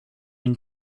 une